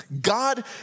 God